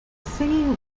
singing